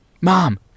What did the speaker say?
Mom